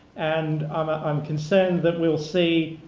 and um ah i'm concerned that we'll see